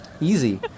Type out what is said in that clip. easy